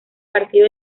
partido